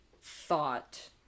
thought